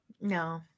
no